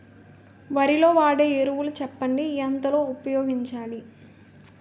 వరిలో వాడే ఎరువులు చెప్పండి? ఎంత లో ఉపయోగించాలీ?